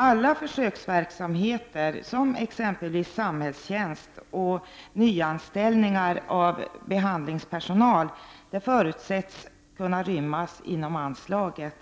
Alla försökverksamheter, såsom exempelvis samhällstjänst och nyanställningar av behandlingspersonal, förutsätts kunna rymmas inom anslaget.